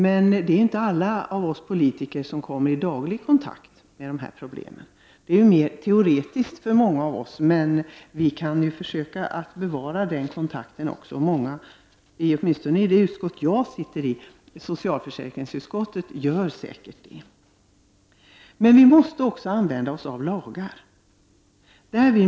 Men det är inte alla av oss politiker som kommer i daglig kontakt med dessa problem, utan ofta är problemen mer teoretiska för oss. Men vi bör ändå försöka upprätthålla de kontakter vi har med invandrare och invandrarorganisationer. Jag vet också att många, åtminstone i socialförsäkringsutskottet där jag ingår, gör det. Vi måste också använda oss av lagar.